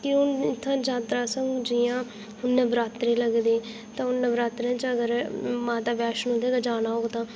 ते हुन इत्थूं यात्रा जि'यां नवरात्रें लगदे ते हून नवरात्रें च अगर माता वैष्णौ तक जाना होग तां